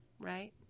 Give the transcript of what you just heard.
right